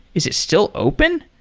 is it still open?